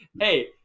hey